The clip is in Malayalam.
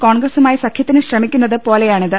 കോൺഗ്രസുമായി സഖ്യത്തിന് ശ്രമി ക്കുന്നത് പോലെയാണിത്